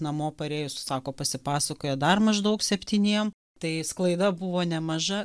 namo parėjus sako pasipasakoja dar maždaug septyniem tai sklaida buvo nemaža